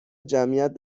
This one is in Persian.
جمعیت